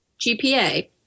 GPA